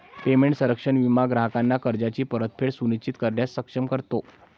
payment संरक्षण विमा ग्राहकांना कर्जाची परतफेड सुनिश्चित करण्यास सक्षम करतो